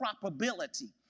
probability